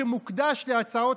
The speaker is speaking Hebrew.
הוא הציע עוד